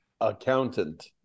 accountant